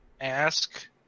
Ask